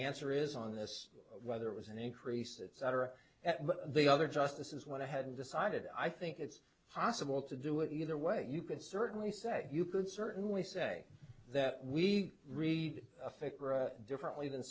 answer is on this whether it was an increase etc at the other justices went ahead and decided i think it's possible to do it either way you can certainly say you could certainly say that we read a fic differently than